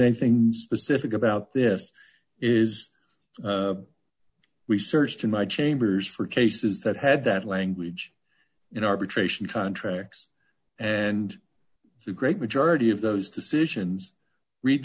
anything specific about this is researched in my chambers for cases that had that language in arbitration contracts and the great majority of those decisions read